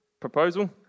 proposal